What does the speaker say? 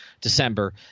December